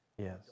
Yes